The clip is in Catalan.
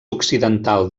occidental